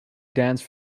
dance